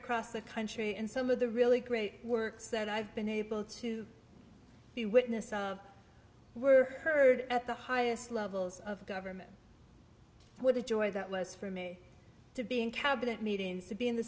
across the country and some of the really great works that i've been able to be witnessing were heard at the highest levels of government what a joy that was for me to be in cabinet meetings to be in the